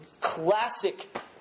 Classic